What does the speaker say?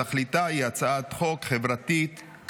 בתכליתה היא הצעת חוק חברתית-כלכלית.